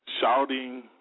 shouting